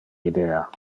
idea